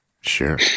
Sure